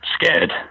scared